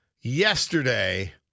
yesterday